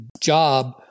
job